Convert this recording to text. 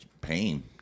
pain